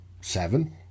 seven